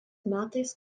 metais